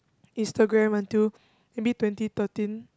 Instagram until maybe twenty thirteen